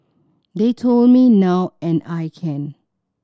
they told me now and I can